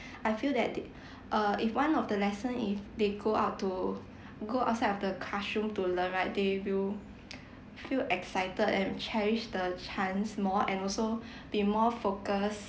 I feel that they uh if one of the lesson if they go out to go outside of the classroom to learn right they will feel excited and cherish the chance more and also be more focused